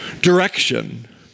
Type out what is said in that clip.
Direction